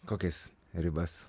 kokias ribas